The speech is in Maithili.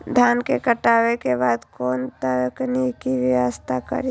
धान के काटे के बाद कोन तकनीकी व्यवस्था करी?